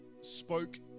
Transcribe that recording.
spoke